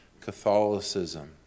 Catholicism